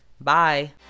Bye